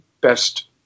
best